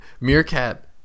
Meerkat